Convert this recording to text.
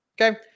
Okay